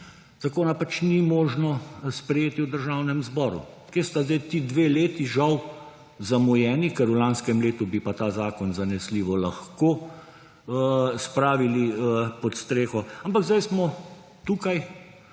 zakona pač ni možno sprejeti v Državnem zboru. Kje sta zdaj ti dve leti, žal, zamujeni, ker v lanskem letu bi pa ta zakon zanesljivo lahko spravili pod streho, ampak zdaj smo tukaj